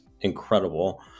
incredible